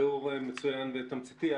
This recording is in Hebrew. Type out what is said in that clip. תיאור מצוין ותמציתי.